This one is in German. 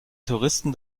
touristen